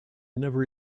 never